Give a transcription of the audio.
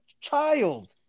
child